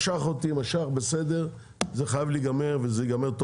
משך אותי, משך, בסדר, זה חייב להיגמר וזה ייגמר.